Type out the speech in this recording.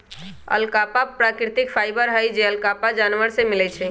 alpaca प्राकृतिक fibre हई जे अल्पाका जानवर से मिलय छइ